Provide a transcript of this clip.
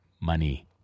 money